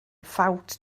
ffawt